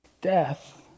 Death